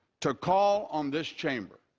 to call on this chamber,